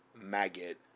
maggot